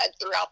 throughout